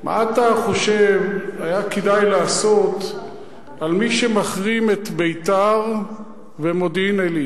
מה אתה חושב היה כדאי לעשות על מי שמחרים את ביתר ומודיעין-עילית?